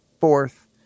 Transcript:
fourth